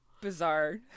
bizarre